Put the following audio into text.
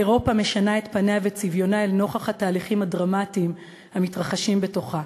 אירופה משנה את פניה וצביונה אל נוכח התהליכים הדרמטיים המתרחשים בתוכה,